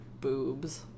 boobs